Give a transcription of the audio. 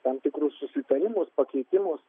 tam tikrus susitarimus pakeitimus